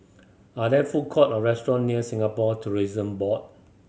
are there food court or restaurant near Singapore Tourism Board